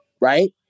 right